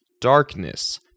darkness